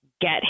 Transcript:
get